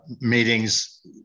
meetings